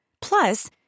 Plus